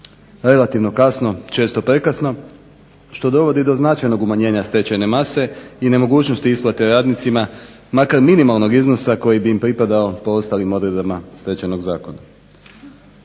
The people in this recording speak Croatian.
relativno kasno, često prekasno što dovodi do značajnog umanjenja stečajne mase i nemogućnosti isplate radnicima makar minimalnog iznosa koji bi im pripadao po ostalim odredbama Stečajnog zakona.